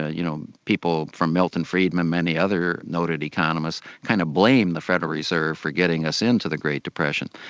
ah you know, people from milton friedman and many other noted economists, kind of blamed the federal reserve for getting us into the great depression.